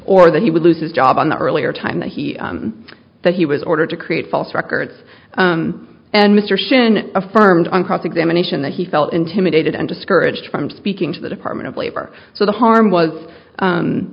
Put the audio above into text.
or that he would lose his job in the earlier time that he that he was ordered to create false records and mr shinn affirmed on cross examination that he felt intimidated and discouraged from speaking to the department of labor so the harm was